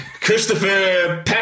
Christopher